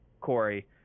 Corey